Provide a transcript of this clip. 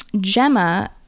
Gemma